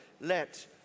Let